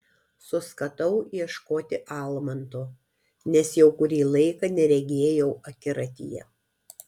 suskatau ieškoti almanto nes jau kurį laiką neregėjau akiratyje